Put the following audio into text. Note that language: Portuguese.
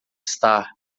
estar